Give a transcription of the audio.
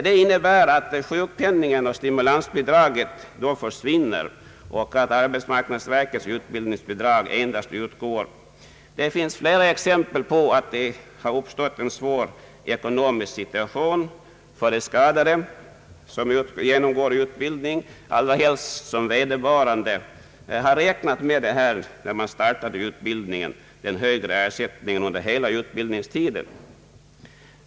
Det innebär att sjukpenningen och stimulansbidraget då försvinner och att endast arbetsmarknadsverkets utbildningsbidrag utgår. | Det finns flera exempel på att det har uppstått en svår ekonomisk situation för de skadade som genomgår ut bildning, allra helst som vederbörande när utbildningen startades har räknat med att få behålla den högre ersättningen under hela utbildningstiden.